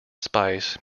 spice